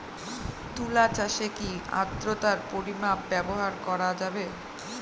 তুলা চাষে কি আদ্রর্তার পরিমাণ ব্যবহার করা যাবে?